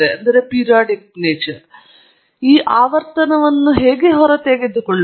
ಈಗ ನಾವು ಆವರ್ತನವನ್ನು ಹೇಗೆ ಹೊರತೆಗೆದುಕೊಳ್ಳುತ್ತೇವೆ